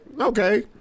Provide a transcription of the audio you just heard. Okay